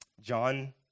John